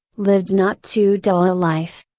lived not too dull a life.